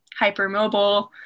hypermobile